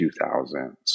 2000s